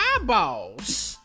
eyeballs